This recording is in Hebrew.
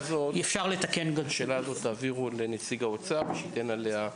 אפשר לתקן גם -- את השאלה הזו תעבירו לנציג האוצר שייתן עליה מענה,